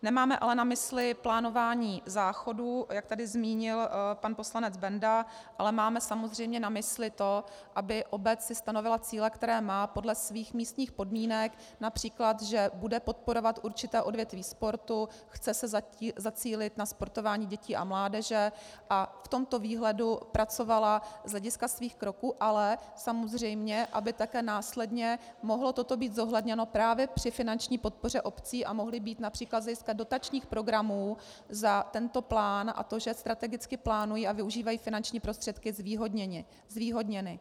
Nemáme ale na mysli plánování záchodů, jak tady zmínil pan poslanec Benda, ale máme samozřejmě na mysli to, aby si obec stanovila cíle, které má, podle svých místních podmínek, např. že bude podporovat určité odvětví sportu, chce se zacílit na sportování dětí a mládeže, a v tomto výhledu pracovala z hlediska svých kroků, ale samozřejmě aby také následně mohlo toto být zohledněno právě při finanční podpoře obcí a mohly být např. z hlediska dotačních programů za tento plán a to, že strategicky plánují a využívají finanční prostředky, zvýhodněny.